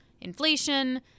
Inflation